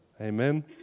Amen